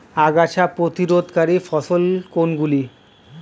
আগাছা প্রতিরোধকারী ফসল কোনগুলি?